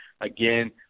again